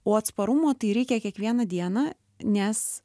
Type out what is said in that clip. o atsparumo tai reikia kiekvieną dieną nes